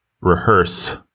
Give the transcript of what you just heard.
rehearse